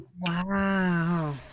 Wow